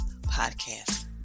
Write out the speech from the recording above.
podcast